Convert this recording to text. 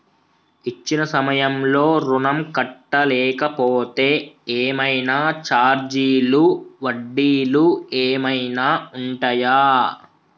ఇచ్చిన సమయంలో ఋణం కట్టలేకపోతే ఏమైనా ఛార్జీలు వడ్డీలు ఏమైనా ఉంటయా?